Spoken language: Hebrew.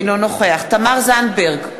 אינו נוכח תמר זנדברג,